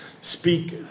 speak